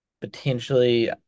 potentially